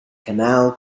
canal